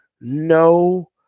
no